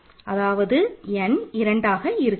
அதாவது n இரண்டாக இருக்காது